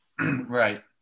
Right